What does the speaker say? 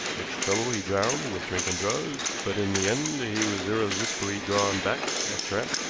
which trouble he drowned with drink and drugs but in the end he was irresistibly drawn back, a tramp,